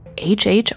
HH